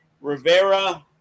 Rivera